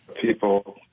people